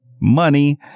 money